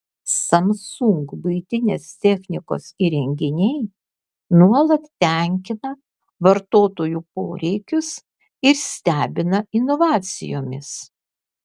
samsung buitinės technikos įrenginiai nuolat tenkina vartotojų poreikius ir stebina inovacijomis